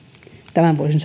tämän voisin